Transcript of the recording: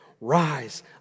Rise